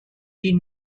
die